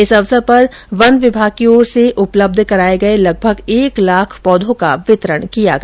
इस अवसर पर वन विभाग की ओर से उपलब्ध कराए गए लगभग एक लाख पौधों का वितरण किया गया